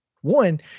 one